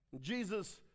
Jesus